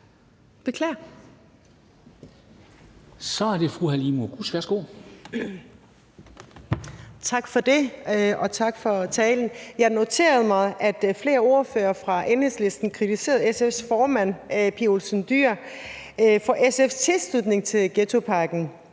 Værsgo. Kl. 15:37 Halime Oguz (SF): Tak for det, og tak for talen. Jeg noterede mig, at flere ordførere fra Enhedslisten kritiserede SF's formand, Pia Olsen Dyhr, for SF's tilslutning til ghettopakken,